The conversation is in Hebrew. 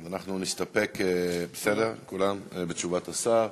אנחנו נסתפק כולם בתשובת השר.